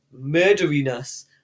murderiness